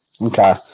Okay